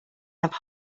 have